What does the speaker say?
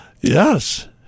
Yes